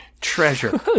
treasure